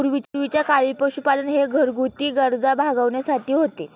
पूर्वीच्या काळी पशुपालन हे घरगुती गरजा भागविण्यासाठी होते